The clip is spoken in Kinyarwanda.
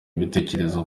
ibitekerezo